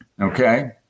okay